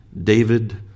David